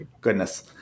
Goodness